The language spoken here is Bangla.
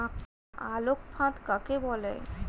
আলোক ফাঁদ কাকে বলে?